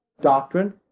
Doctrine